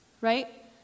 right